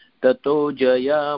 Tatojaya